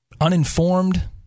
uninformed